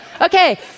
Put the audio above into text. okay